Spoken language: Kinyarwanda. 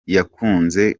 yakunze